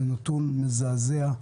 זה נתון מזעזע.